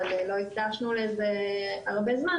אבל לא הקדשנו לזה הרבה זמן,